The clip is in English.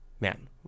man